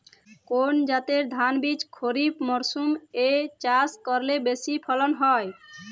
কোন জাতের ধানবীজ খরিপ মরসুম এ চাষ করলে বেশি ফলন হয়?